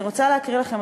אני רוצה להקריא לכם,